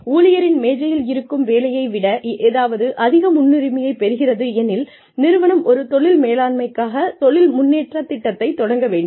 ஊழியரின் மேசையில் இருக்கும் வேலையை விட ஏதாவது அதிக முன்னுரிமையை பெறுகிறது எனில் நிறுவனம் ஒரு தொழில் மேலாண்மைக்காக தொழில் முன்னேற்ற திட்டத்தை தொடங்க வேண்டும்